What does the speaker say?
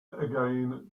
again